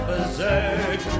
Berserk